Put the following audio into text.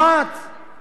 כל התיקים שנפתחו,